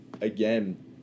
again